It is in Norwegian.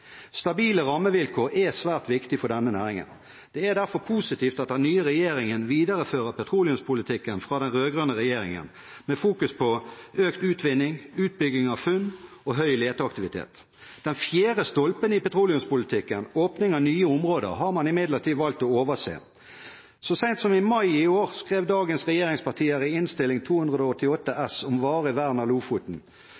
Stabile rammevilkår er svært viktig for denne næringen. Det er derfor positivt at den nye regjeringen viderefører petroleumspolitikken fra den rød-grønne regjeringen med fokus på økt utvinning, utbygging av funn og høy leteaktivitet. Den fjerde stolpen i petroleumspolitikken, åpning av nye områder, har man imidlertid valgt å overse. Så sent som i mai i år skrev dagens regjeringspartier i Innst. 288 S om varig vern av Lofoten: «Komiteens medlemmer fra Fremskrittspartiet og